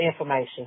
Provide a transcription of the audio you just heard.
information